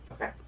Okay